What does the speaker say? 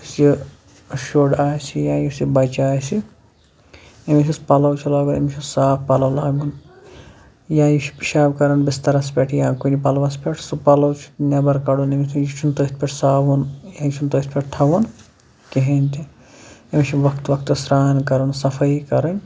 یُس یہِ شُر آسہِ یا یُس یہِ بچہٕ آسہِ أمس یُس پَلو چھُ لاگان أمِس چھُ صاف پَلو لاگُن یا یہِ چھُ پِشاب کَران بِسترس پٮ۪ٹھ یا کُنہِ پَلوس پٮ۪ٹھ سُہ پَلو چھُ نٮ۪بر کَڈُن أمِس یہِ چھُنہٕ تٔتھۍ پٮ۪ٹھ ساوُن یا چھُنہٕ تٔتھۍ پٮ۪ٹھ تھاوُن کِہیٖنٛۍ تہٕ أمِس چھِ وقتہٕ وقتہٕ سَران کَرُن صفٲیی کَرٕنۍ